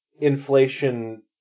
inflation